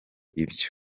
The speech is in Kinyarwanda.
ibyo